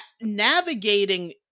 Navigating